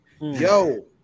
Yo